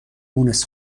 مونس